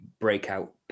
breakout